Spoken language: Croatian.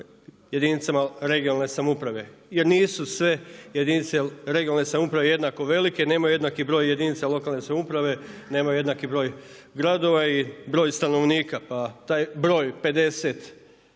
jedinicama regionalne samouprave jer nisu sve jedinice regionalne samouprave jednako velike nemaju jednaki broj jedinica lokalne samouprave nemaju jednaki broj gradova i broj stanovnika pa taj broj 50